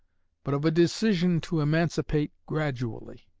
but of a decision to emancipate gradually.